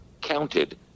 counted